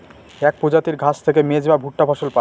এক প্রজাতির ঘাস থেকে মেজ বা ভুট্টা ফসল পায়